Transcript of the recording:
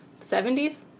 70s